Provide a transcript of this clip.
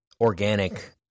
organic